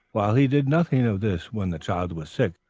while he did nothing of this when the child was sick,